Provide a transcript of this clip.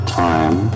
time